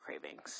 cravings